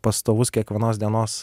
pastovus kiekvienos dienos